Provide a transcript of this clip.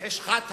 ובחשכת הלילה,